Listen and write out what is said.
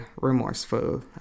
remorseful